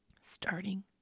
starting